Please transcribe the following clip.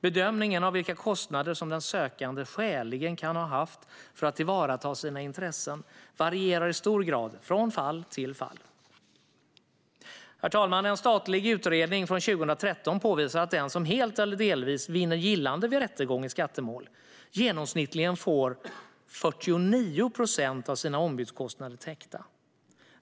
Bedömningen av vilka kostnader som den sökande skäligen kan ha haft för att tillvarata sina intressen varierar i hög grad från fall till fall. Herr talman! En statlig utredning från 2013 visar att den som helt eller delvis vinner gillande vid rättegång i skattemål genomsnittligen får 49 procent av sina ombudskostnader täckta.